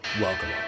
Welcome